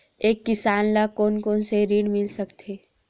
एक किसान ल कोन कोन से ऋण मिल सकथे?